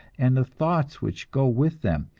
and the thoughts which go with them,